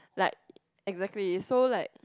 like exactly so like